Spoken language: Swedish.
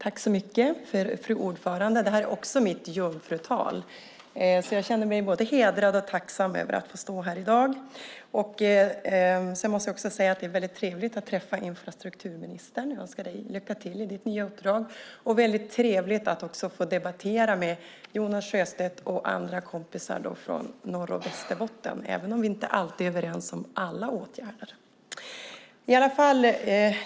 Fru talman! Det här är också mitt jungfrutal. Jag känner mig både hedrad och tacksam över att få stå här i dag. Sedan måste jag säga att det är väldigt trevligt att träffa infrastrukturministern. Jag önskar dig lycka till i ditt nya uppdrag. Det är också väldigt trevligt att få debattera med Jonas Sjöstedt och andra kompisar från Norr och Västerbotten, även om vi inte alltid är överens om alla åtgärder.